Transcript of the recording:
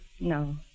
No